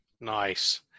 Nice